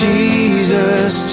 Jesus